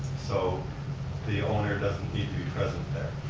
so the owner doesn't need to be present